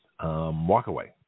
Walkaway